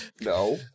No